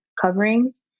coverings